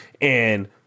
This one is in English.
And-